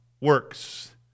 works